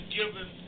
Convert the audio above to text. given